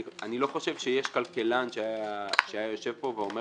אני לא חושב שיש כלכלן שהיה יושב פה ואומר